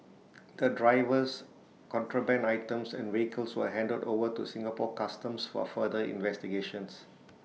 the drivers contraband items and vehicles were handed over to Singapore Customs for further investigations